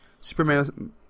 Superman